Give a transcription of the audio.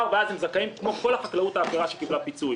ואז הם זכאים כמו כל החקלאות שקיבלה פיצוי.